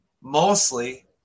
mostly